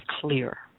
clear